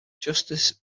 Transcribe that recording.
justice